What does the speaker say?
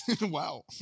Wow